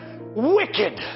wicked